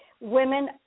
women